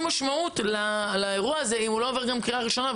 משמעות אם הוא לא עובר בקריאה ראשונה.